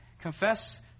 Confess